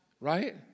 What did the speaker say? right